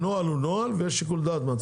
הנוהל הוא נוהל ויש שיקול דעת.